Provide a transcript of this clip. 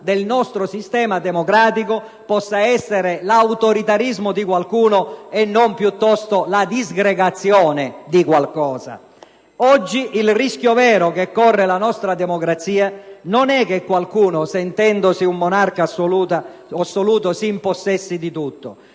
del nostro sistema democratico possa essere l'autoritarismo di qualcuno e non, piuttosto, la disgregazione di qualcosa. Oggi il rischio vero che corre la nostra democrazia non è che qualcuno, sentendosi un monarca assoluto, si impossessi di tutto;